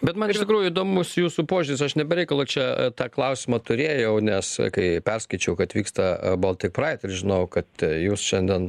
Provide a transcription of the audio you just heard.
bet man iš tikrųjų įdomus jūsų požiūris aš ne be reikalo čia tą klausimą turėjau nes kai perskaičiau kad vyksta boltik praid ir žinojau kad jūs šiandien